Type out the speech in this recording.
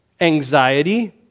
anxiety